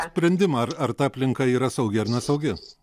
sprendimą ar ar ta aplinka yra saugi ar nesaugi